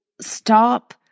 Stop